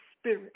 spirit